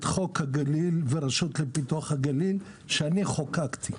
חוק הגליל והרשות לפיתוח הגליל שאני חוקקתי.